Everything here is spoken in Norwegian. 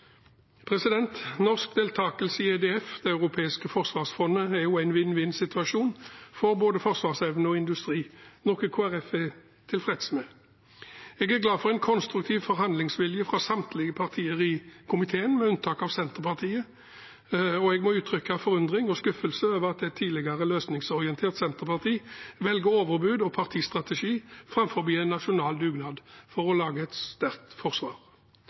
en vinn-vinn-situasjon, for både forsvarsevne og industri, noe Kristelig Folkeparti er tilfreds med. Jeg er glad for en konstruktiv forhandlingsvilje fra samtlige partier i komiteen, med unntak av Senterpartiet, og jeg må uttrykke forundring og skuffelse over at et tidligere løsningsorientert Senterparti velger overbud og partistrategi framfor en nasjonal dugnad for å lage et sterkt forsvar.